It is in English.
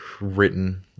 written